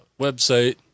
website